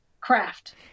craft